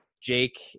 Jake